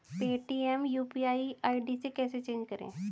Paytm UPI ID कैसे change करें?